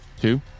two